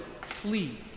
flee